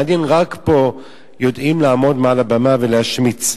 מעניין, רק פה יודעים לעמוד מעל הבמה ולהשמיץ.